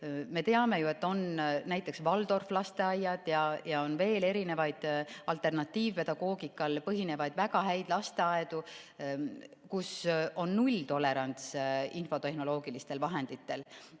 me teame ju, et on näiteks Waldorfi lasteaiad ja on veel erinevaid alternatiivpedagoogikal põhinevaid väga häid lasteaedu, kus on nulltolerants infotehnoloogilistel vahenditel,